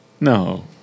No